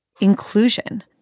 inclusion